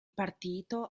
partito